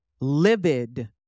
livid